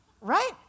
Right